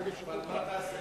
זה לשיקולך.